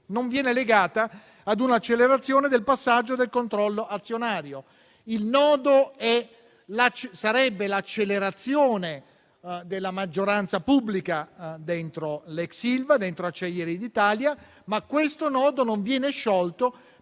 non viene legata ad un'accelerazione del passaggio del controllo azionario. Il nodo sarebbe l'accelerazione della maggioranza pubblica dentro l'ex Ilva, dentro Acciaierie d'Italia, ma questo nodo non viene sciolto